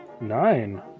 Nine